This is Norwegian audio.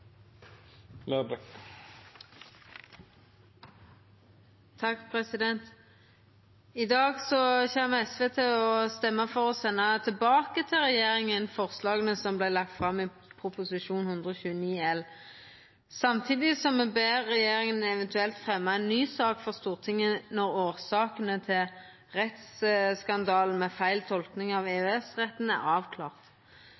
I dag kjem SV til å stemma for å senda tilbake til regjeringa forslaga som vart lagde fram i Prop. 129 L, samtidig som me ber regjeringa eventuelt fremja ei ny sak for Stortinget når årsakene til rettsskandalen med feil tolking av